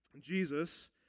Jesus